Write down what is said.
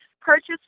purchase